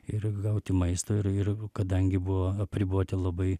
ir gauti maisto ir ir kadangi buvo apriboti labai